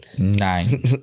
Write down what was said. nine